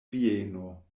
vieno